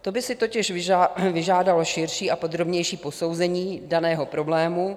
To by si totiž vyžádalo širší a podrobnější posouzení daného problému.